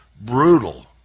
brutal